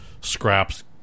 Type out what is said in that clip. scraps